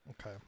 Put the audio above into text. Okay